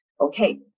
Okay